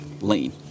lane